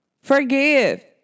forgive